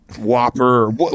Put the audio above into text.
whopper